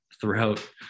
throughout